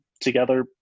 together